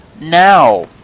now